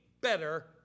better